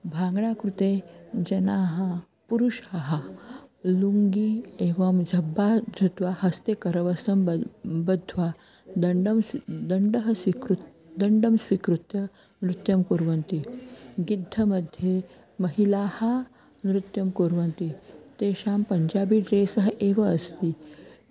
भाङ्ग्डा कृते जनाः पुरुषाः लुङ्गी एवं झब्बा धृत्वा हस्ते करवस्त्रं बद् बध्वा दण्डं स्वि दण्डं स्वीकृत्य दण्डं स्वीकृत्य नृत्यं कुर्वन्ति गिद्धमध्ये महिलाः नृत्यं कुर्वन्ति तेषां पञ्जाबी ड्रेसः एव अस्ति